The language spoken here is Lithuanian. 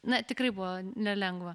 na tikrai buvo nelengva